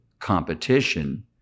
Competition